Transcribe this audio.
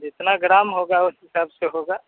जितना ग्राम होगा उस हिसाब से होगा